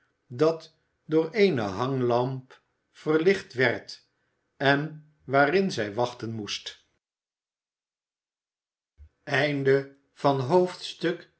dat door eene hanglamp verlicht werd en waarin zij wachten moest xl